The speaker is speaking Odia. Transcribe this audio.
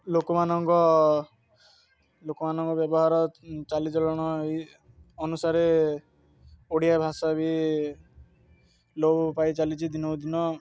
ଲୋକମାନଙ୍କ ଲୋକମାନଙ୍କ ବ୍ୟବହାର ଚାଲିଚଳନ ଅନୁସାରେ ଓଡ଼ିଆ ଭାଷା ବି ଲୋଭ ପାଇଚାଲିଛି ଦିନକୁ ଦିନ